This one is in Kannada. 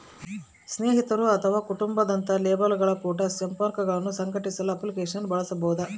ಸ್ನೇಹಿತರು ಅಥವಾ ಕುಟುಂಬ ದಂತಹ ಲೇಬಲ್ಗಳ ಕುಟ ಸಂಪರ್ಕಗುಳ್ನ ಸಂಘಟಿಸಲು ಅಪ್ಲಿಕೇಶನ್ ಅನ್ನು ಬಳಸಬಹುದು